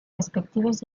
respectives